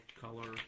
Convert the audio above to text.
color